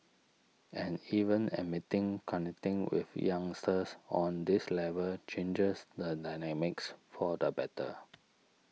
and even admitting connecting with youngsters on this level changes the dynamics for the better